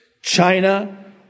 China